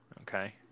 Okay